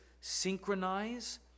synchronize